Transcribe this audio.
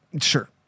Sure